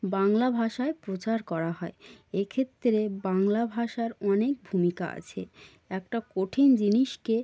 বাংলা ভাষায় প্রচার করা হয় এক্ষেত্রে বাংলা ভাষার অনেক ভূমিকা আছে একটা কঠিন জিনিসকে